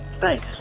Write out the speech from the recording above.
Thanks